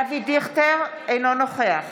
אינו נוכח